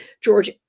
George